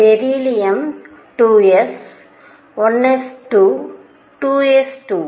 beryllium 2 s 1 s 2 2 s 2